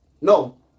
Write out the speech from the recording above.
No